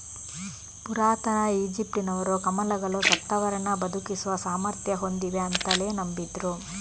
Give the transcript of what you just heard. ಪುರಾತನ ಈಜಿಪ್ಟಿನವರು ಕಮಲಗಳು ಸತ್ತವರನ್ನ ಬದುಕಿಸುವ ಸಾಮರ್ಥ್ಯ ಹೊಂದಿವೆ ಅಂತಲೇ ನಂಬಿದ್ರು